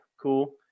cool